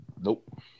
Nope